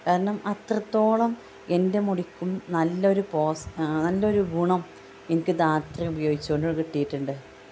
കാരണം അത്രത്തോളം എൻ്റെ മുടിക്കും നല്ലൊരു പോസ് നല്ലൊരു ഗുണം എനിക്ക് ധാത്രി ഉപയോഗിച്ചോണ്ട് കിട്ടിയിട്ടുണ്ട്